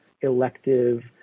elective